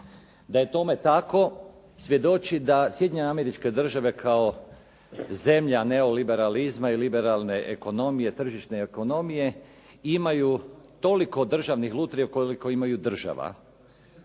Da je tome tako svjedoči da Sjedinjene Američke Države kao zemlja neoliberalizma i liberalne ekonomije, tržišne ekonomije imaju toliko državnih lutrija koliko imaju država